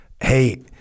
Hey